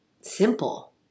simple